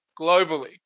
globally